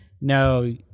no